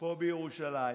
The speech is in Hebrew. פה בירושלים,